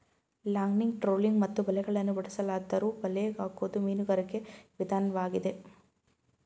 longlining trolling ಮತ್ತು ಬಲೆಗಳನ್ನು ಬಳಸಲಾದ್ದರೂ ಬಲೆ ಹಾಕೋದು ಮೀನುಗಾರಿಕೆ ವಿದನ್ವಾಗಿದೆ